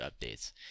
updates